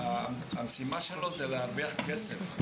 כי המשימה של הקבלן היא להרוויח כסף.